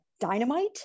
dynamite